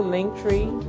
Linktree